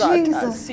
Jesus